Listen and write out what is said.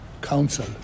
council